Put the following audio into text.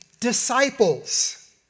Disciples